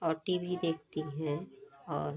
और TV देखती हैं और